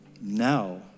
Now